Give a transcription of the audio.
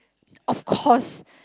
of course